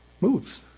moves